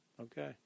Okay